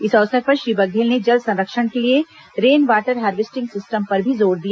इस अवसर पर श्री बघेल ने जल संरक्षण के लिए रेन वाटर हार्वेस्टिंग सिस्टम पर भी जोर दिया